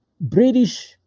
British